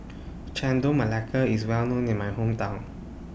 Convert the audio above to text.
Chendol Melaka IS Well known in My Hometown